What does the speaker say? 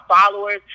followers